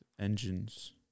engines